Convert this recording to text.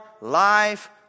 life